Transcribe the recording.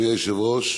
דחופות.